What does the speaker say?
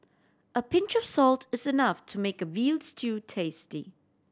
a pinch of salt is enough to make a veal stew tasty